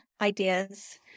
ideas